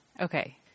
Okay